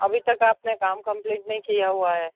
अभी तक आपने काम कम्पलीट नहीं किया हुआ है